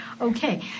Okay